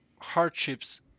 hardships